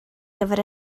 gyfer